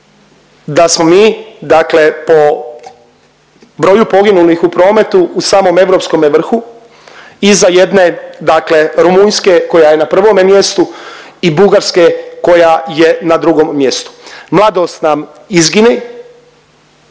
da smo mi dakle po broju poginulih u prometu u samom europskome vrhu iza jedne dakle Rumunjske koja je na prvome mjestu i Bugarske koja je na drugom mjestu. Mladost nam izgine,